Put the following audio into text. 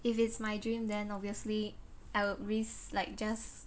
if it's my dream then obviously I would risk like just